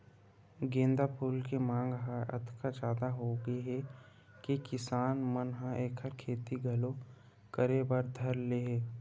गोंदा फूल के मांग ह अतका जादा होगे हे कि किसान मन ह एखर खेती घलो करे बर धर ले हे